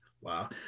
Wow